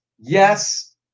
yes